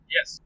Yes